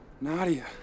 nadia